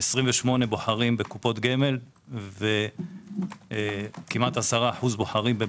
28% בוחרים בקופות גמל וכמעט 10% בוחרים בבנקים.